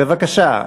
בבקשה.